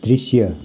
दृश्य